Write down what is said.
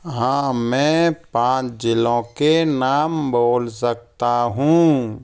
हाँ मैं पाँच ज़िलों के नाम बोल सकता हूँ